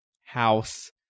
house